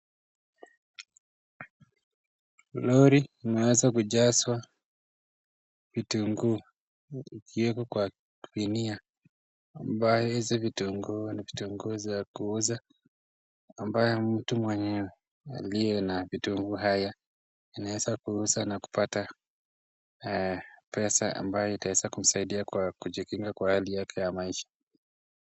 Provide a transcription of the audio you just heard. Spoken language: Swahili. Lori inaweza kujazwa kitunguu, hii ikiwekwa kwa gunia ambayo hizo vitunguu ni vitunguu za kuuza ambayo mtu mwenyewe aliye na vitunguu haya anaweza kuuza na kupata pesa ambayo itaweza kumsaidia kwa kujikinga kwa hali yake ya maisha.